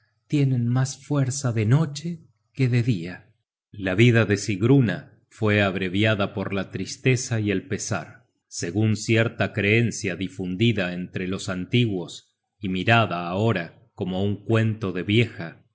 tienen mas fuerza de noche que de dia la vida de sigruna fue abreviada por la tristeza y el pesar segun cierta creencia difundida entre los antiguos y mirada ahora como un cuento de vieja